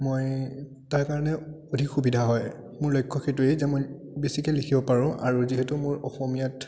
মই তাৰ কাৰণে অধিক সুবিধা হয় মোৰ লক্ষ্য সেইটোৱেই যে মই বেছিকে লিখিব পাৰোঁ আৰু যিহেতু মোৰ অসমীয়াত